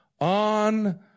on